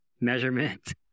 measurement